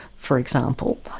for example.